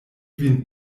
vin